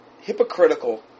hypocritical